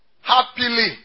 happily